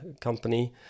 company